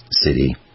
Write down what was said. city